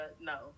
no